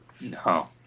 No